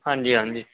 ਹਾਂਜੀ ਹਾਂਜੀ